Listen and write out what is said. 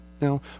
Now